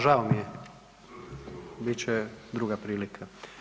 Žao mi je bit će druga prilika.